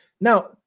Now